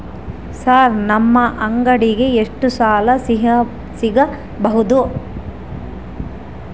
Sir ನಮ್ಮ ಅಂಗಡಿಗೆ ಎಷ್ಟು ಸಾಲ ಸಿಗಬಹುದು?